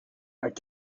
quelle